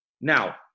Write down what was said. Now